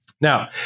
Now